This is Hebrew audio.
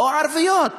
או ערביות.